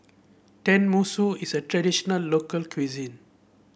tenmusu is a traditional local cuisine